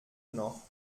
noch